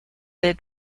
del